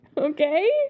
Okay